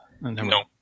no